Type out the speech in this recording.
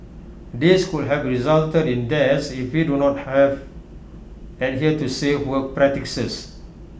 these could have resulted in deaths if we do not have adhere to safe work practices